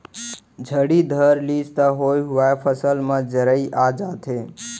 झड़ी धर लिस त होए हुवाय फसल म जरई आ जाथे